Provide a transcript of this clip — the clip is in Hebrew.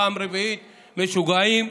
פעם רביעית: משוגעים,